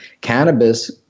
cannabis